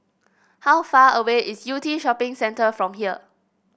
how far away is Yew Tee Shopping Centre from here